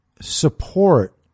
support